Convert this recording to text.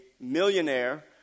millionaire